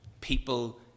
People